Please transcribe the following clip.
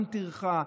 גם טרחה,